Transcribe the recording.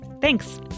thanks